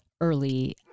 early